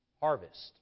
harvest